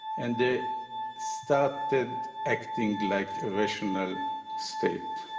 and they started acting like rational state.